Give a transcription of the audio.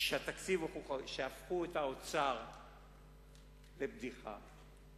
הפכו את האוצר לבדיחה,